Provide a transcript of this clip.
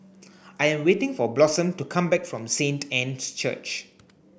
I am waiting for Blossom to come back from Saint Anne's Church